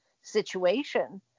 situation